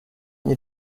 your